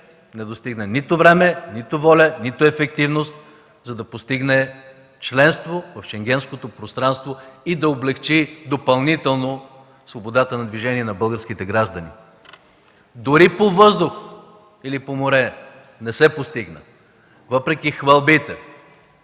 не достигна нито време, нито воля, нито ефективност, за да постигне членство в Шенгенското пространство и да облекчи допълнително свободата на движение на българските граждани. Дори по въздух или по море не се постигна нищо, въпреки хвалбите.